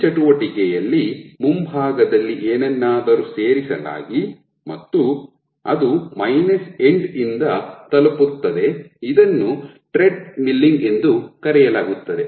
ಈ ಚಟುವಟಿಕೆಯಲ್ಲಿ ಮುಂಭಾಗದಲ್ಲಿ ಏನನ್ನಾದರೂ ಸೇರಿಸಲಾಗಿ ಮತ್ತು ಅದು ಮೈನಸ್ ಎಂಡ್ ಯಿಂದ ತಲುಪುತ್ತದೆ ಇದನ್ನು ಟ್ರೆಡ್ಮಿಲ್ಲಿಂಗ್ ಎಂದು ಕರೆಯಲಾಗುತ್ತದೆ